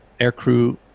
aircrew